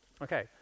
Okay